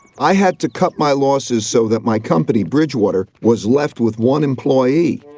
i had to cut my losses so that my company, bridgewater, was left with one employee,